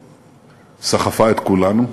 שסחפה את כולנו.